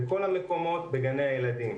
בכל המקומות בגני הילדים.